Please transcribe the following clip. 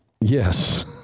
Yes